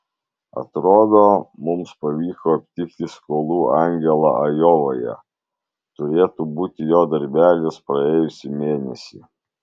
atrodo mums pavyko aptikti skolų angelą ajovoje turėtų būti jo darbelis praėjusį mėnesį